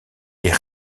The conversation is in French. est